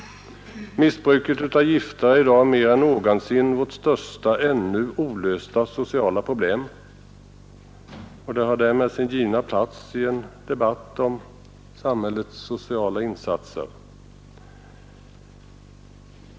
Missbruket av gifter är i dag mer än någonsin vårt största ännu olösta sociala problem och har därmed sin givna plats i en debatt om samhällets sociala insatser.